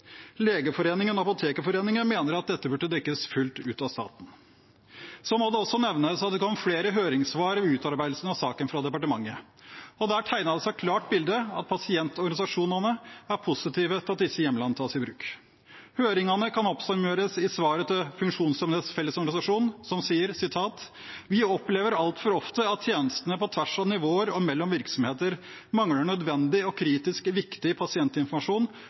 Legeforeningen og Apotekerforeningen mener at dette burde dekkes fullt ut av staten. Det må også nevnes at det kom flere høringssvar under utarbeidelsen av saken fra departementet, og der tegnet det seg et klart bilde av at pasientorganisasjonene er positive til at disse hjemlene tas i bruk. Høringene kan oppsummeres i svaret til Funksjonshemmedes Fellesorganisasjon, som sier: «Vi opplever alt for ofte at tjenestene på tvers av nivåer og mellom virksomheter mangler nødvendig og kritisk viktig pasientinformasjon